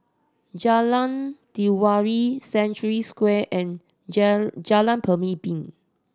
Jalan Telawi Century Square and Jalan Pemimpin